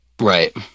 Right